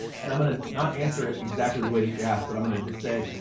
and i'm gonna not answer it exactly the way that you asked, but i'm gonna just say,